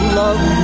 love